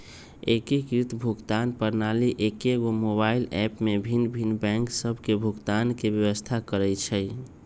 एकीकृत भुगतान प्रणाली एकेगो मोबाइल ऐप में भिन्न भिन्न बैंक सभ के भुगतान के व्यवस्था करइ छइ